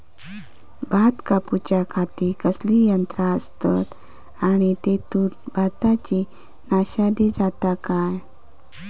भात कापूच्या खाती कसले यांत्रा आसत आणि तेतुत भाताची नाशादी जाता काय?